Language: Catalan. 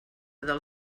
del